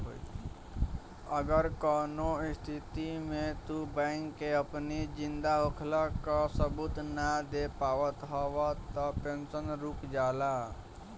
अगर कवनो स्थिति में तू बैंक के अपनी जिंदा होखला कअ सबूत नाइ दे पावत हवअ तअ पेंशन रुक जाला